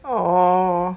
orh